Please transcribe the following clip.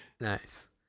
nice